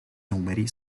numeri